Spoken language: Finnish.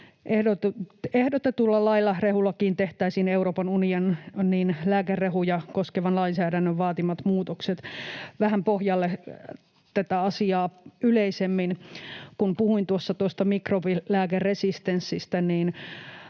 Ehdotetulla lailla rehulakiin tehtäisiin Euroopan unionin lääkerehuja koskevan lainsäädännön vaatimat muutokset. Vähän pohjalle tätä asiaa yleisemmin: Kun puhuin tuossa tuosta mikrobilääkeresistenssistä, niin